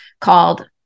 called